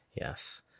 Yes